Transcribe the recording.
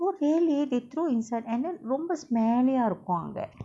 oh really they throw inside and then ரொம்ப:romba smelly ah இருக்கு அங்க:irukku anga